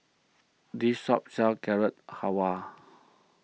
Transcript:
this shop sells Carrot Halwa